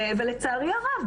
לצערי הרב,